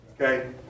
okay